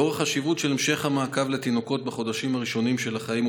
לאור החשיבות של המשך המעקב לתינוקות בחודשים הראשונים של החיים,